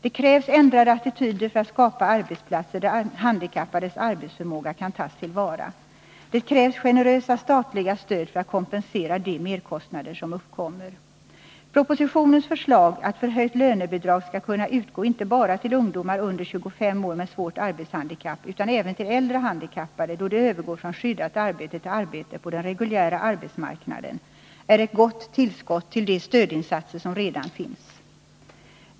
Det krävs ändrade attityder för att skapa arbetsplatser där handikappades arbetsförmåga kan tas till vara. Det krävs generösa statliga stöd för att kompensera de merkostnader som uppkommer. Propositionens förslag att förhöjt lönebidrag skall kunna utgå inte bara till ungdomar under 25 år med svårt arbetshandikapp utan även till äldre handikappade då de övergår från skyddat arbete till arbete på den reguljära arbetsmarknaden är ett gott tillskott till de stödinsatser som redan finns.